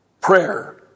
prayer